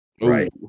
Right